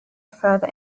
further